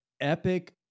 Epic